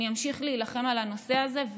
שאני אמשיך להילחם על הנושא הזה,